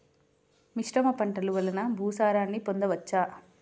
మిశ్రమ పంటలు వలన భూసారాన్ని పొందవచ్చా?